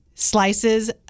Slices